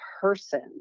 person